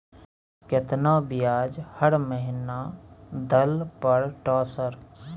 केतना ब्याज हर महीना दल पर ट सर?